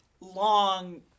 long